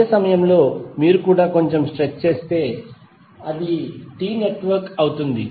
అదే సమయంలో మీరు కూడా కొంచెం స్ట్రెచ్ చేస్తే అది T నెట్వర్క్ అవుతుంది